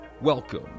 Welcome